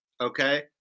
Okay